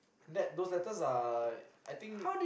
that those letters are I think